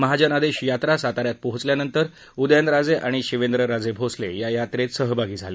महाजनादेश यात्रा साताऱ्यात पोचल्यानंतर उदयन राजे आणि शिवेंद्र राजे भोसले या यात्रेत सहभागी झाले